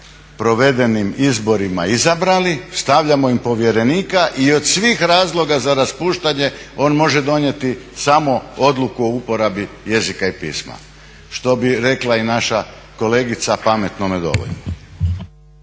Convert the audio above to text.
provedenim izborima izabrali, stavljamo im povjerenika i od svih razloga za raspuštanje on može donijeti samo odluku o uporabi jezika i pisma. Što bi rekla i naša kolegica pametnome dovoljno.